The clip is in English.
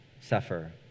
suffer